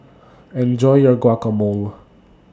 Enjoy your Guacamole